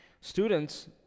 Students